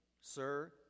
Sir